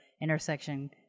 intersection